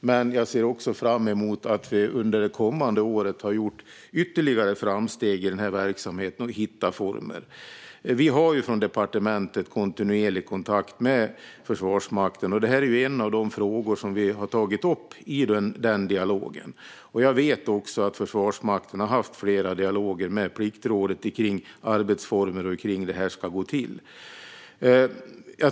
Men jag ser också fram emot att vi under det kommande året gör ytterligare framsteg i denna verksamhet och hittar former. Vi har från departementet kontinuerlig kontakt med Försvarsmakten, och detta är en av de frågor som vi har tagit upp i denna dialog. Jag vet också att Försvarsmakten har haft flera dialoger med Pliktrådet om arbetsformer och om hur detta ska gå till.